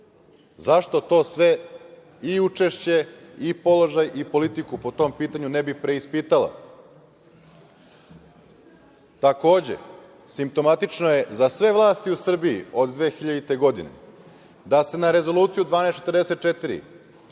Zašto to sve i učešće, i položaj, i politiku po tom pitanju ne bi preispitala? Takođe, simptomatično je za sve vlasti u Srbiji od 2000. godine da se na Rezoluciju 1244,